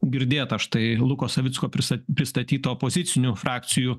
girdėta štai luko savicko prista pristatyto opozicinių frakcijų